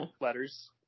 letters